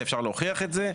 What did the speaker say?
ואפשר להוכיח את זה.